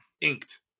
Inked